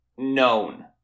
known